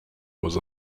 was